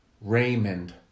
Raymond